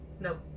Nope